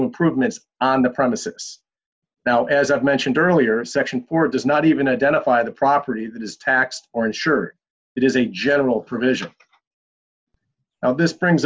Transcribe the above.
improvements on the premises now as i mentioned earlier section four does not even identify the property that is taxed or insure it is a general provision now this brings